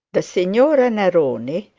the signora neroni,